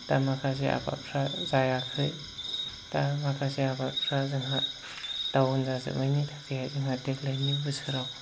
दा माखासे आबादफ्रा जायाखै दा माखासे आबादफ्रा जोंहा डाउन जाजोबनायनि थाखाय जोंहा देग्लायनि बोसोराव